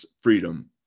freedom